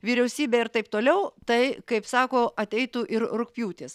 vyriausybė ir taip toliau tai kaip sako ateitų ir rugpjūtis